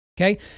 Okay